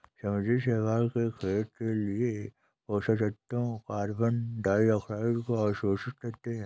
समुद्री शैवाल के खेत के लिए पोषक तत्वों कार्बन डाइऑक्साइड को अवशोषित करते है